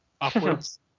upwards